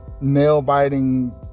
nail-biting